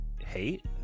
hate